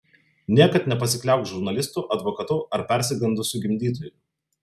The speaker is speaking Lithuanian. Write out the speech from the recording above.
niekad nepasikliauk žurnalistu advokatu ar persigandusiu gimdytoju